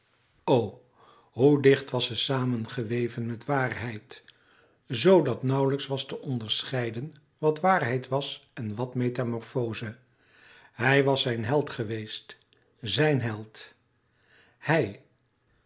hoe dicht was ze samengeweven met waarheid z dat nauwlijks was te onderscheiden wat waarheid was en wat metamorfoze hij was zijn held geweest zijn held hij